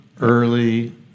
Early